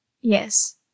Yes